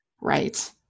Right